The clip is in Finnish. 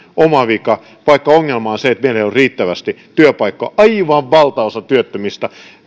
oma vika vaikka ongelma on se että meillä ei ole riittävästi työpaikkoja aivan valtaosa työttömistä